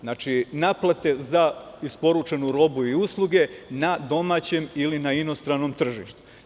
Znači, naplate za isporučenu robu i usluge na domaćem ili na inostranom tržištu.